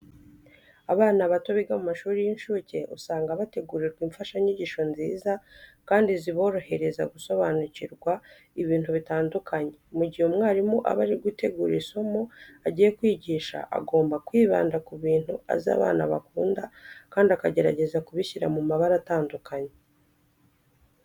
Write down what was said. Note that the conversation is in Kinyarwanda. Abana bato biga mu mashuri y'incuke usanga bategurirwa imfashanyigisho nziza kandi ziborohereza gusobanukirwa ibintu bitandukanye. Mu gihe umwarimu aba ari gutegura isomo agiye kwigisha agomba kwibanda ku bintu azi abana bakunda kandi akagerageza ku bishyira mu mabara atandukanye.